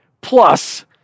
Plus